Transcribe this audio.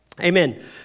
amen